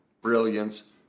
brilliance